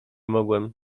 mogłem